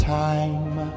time